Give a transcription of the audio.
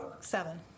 seven